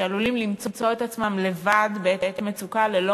שעלולים למצוא את עצמם בעת מצוקה לבד,